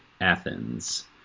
athens